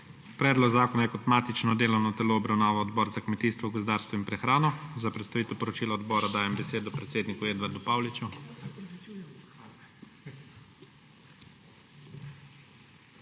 Predlog zakona je kot matično delovno telo obravnaval Odbor za kmetijstvo, gozdarstvo in prehrano. Za predstavitev poročila odbora dajem besedo predsedniku Edvardu Pauliču.